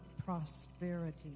prosperity